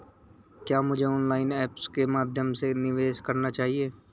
क्या मुझे online apps के माध्यम से निवेश करना चाहिए?